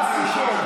מסיתים,